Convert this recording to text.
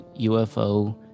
ufo